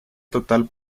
total